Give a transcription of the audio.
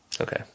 Okay